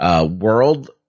World